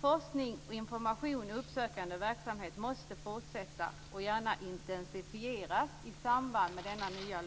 Forskning, information och uppsökande verksamhet måste fortsätta och gärna intensifieras i samband med denna nya